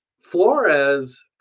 Flores